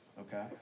okay